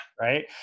right